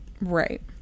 Right